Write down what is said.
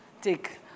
take